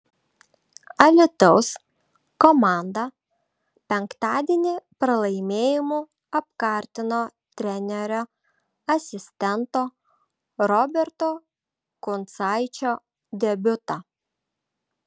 alytaus komanda penktadienį pralaimėjimu apkartino trenerio asistento roberto kuncaičio debiutą